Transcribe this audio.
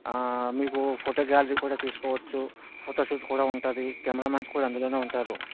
మీకు photo gallery కూడా తీసుకోవచ్చు ఫోటో షూట్ కూడా ఉంటుంది కెమెరామెన్స్ కూడా అందులోనే ఉంటారు